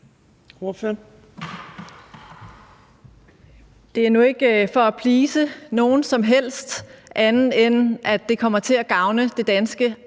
Det er nu ikke for at please nogen som helst andet, end at det kommer til at gavne det danske